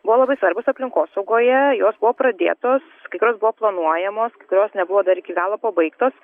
buvo labai svarbios aplinkosaugoje jos buvo pradėtos kai kurios buvo planuojamos kai kurios nebuvo dar iki galo pabaigtos